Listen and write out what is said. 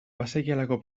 bazekielako